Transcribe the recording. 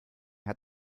had